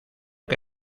que